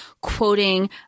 quoting